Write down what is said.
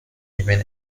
even